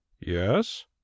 Yes